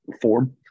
form